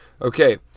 Okay